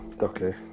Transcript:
Okay